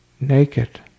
naked